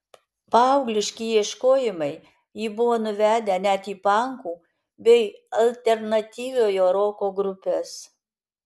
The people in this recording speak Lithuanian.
paaugliški ieškojimai jį buvo nuvedę net į pankų bei alternatyviojo roko grupes